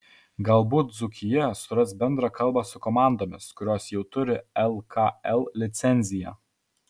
galbūt dzūkija suras bendrą kalbą su komandomis kurios jau turi lkl licenciją